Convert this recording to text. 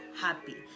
happy